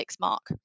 mark